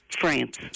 France